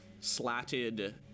slatted